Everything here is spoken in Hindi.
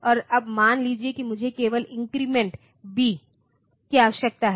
और अब मान लीजिए कि मुझे केवल इन्क्रीमेंट B की आवश्यकता है